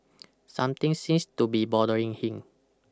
Something seems to be bothering him